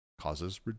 causes